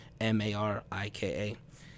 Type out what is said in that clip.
M-A-R-I-K-A